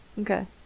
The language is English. Okay